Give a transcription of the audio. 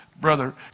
brother